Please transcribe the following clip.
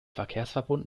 verkehrsverbund